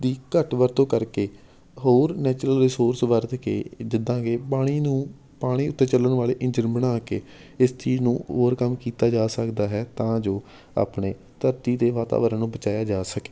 ਦੀ ਘੱਟ ਵਰਤੋਂ ਕਰਕੇ ਹੋਰ ਨੈਚੁਰਲ ਰਿਸੋਰਸ ਵਰਤ ਕੇ ਜਿੱਦਾਂ ਕਿ ਪਾਣੀ ਨੂੰ ਪਾਣੀ ਉੱਤੇ ਚੱਲਣ ਵਾਲੇ ਇੰਜਣ ਬਣਾ ਕੇ ਇਸ ਚੀਜ਼ ਨੂੰ ਹੋਰ ਕੰਮ ਕੀਤਾ ਜਾ ਸਕਦਾ ਹੈ ਤਾਂ ਜੋ ਆਪਣੇ ਧਰਤੀ ਦੇ ਵਾਤਾਵਰਨ ਨੂੰ ਬਚਾਇਆ ਜਾ ਸਕੇ